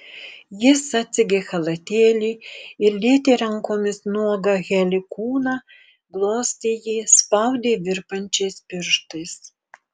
jis atsegė chalatėlį ir lietė rankomis nuogą heli kūną glostė jį spaudė virpančiais pirštais